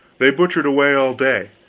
they butchered away all day.